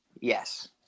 Yes